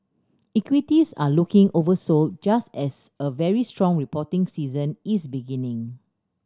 equities are looking oversold just as a very strong reporting season is beginning